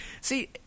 See